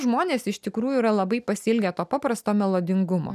žmonės iš tikrųjų yra labai pasiilgę to paprasto melodingumo